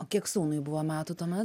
o kiek sūnui buvo metų tuome